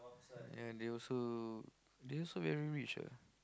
ya they also they also very rich ah